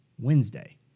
Wednesday